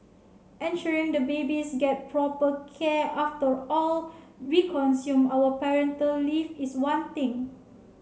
ensuring the babies get proper care after all we consume our parental leave is one thing